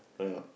correct or not